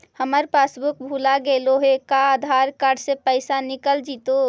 हमर पासबुक भुला गेले हे का आधार कार्ड से पैसा निकल जितै?